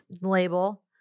label